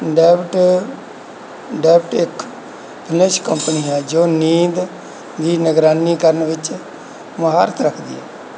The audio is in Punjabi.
ਡੈਬਟ ਡੈਬਟ ਇੱਕ ਫਿਨਿਸ਼ ਕੰਪਨੀ ਹੈ ਜੋ ਨੀਂਦ ਦੀ ਨਿਗਰਾਨੀ ਕਰਨ ਵਿੱਚ ਮਹਾਰਤ ਰੱਖਦੀ ਹੈ